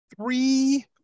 Three